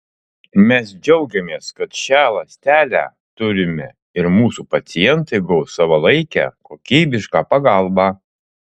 mes džiaugiamės kad šią ląstelę turime ir mūsų pacientai gaus savalaikę kokybišką pagalbą